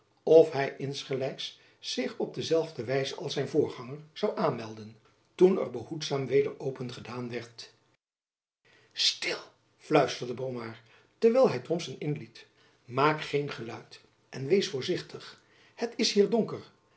of hy insgelijks zich op dezelfde wijze als zijn voorganger zoû aanmelden toen er behoedzaam weder opengedaan werd stil fluisterde pomard terwijl hy thomson inliet maak geen geluid en wees voorzichtig het is hier donker